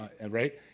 right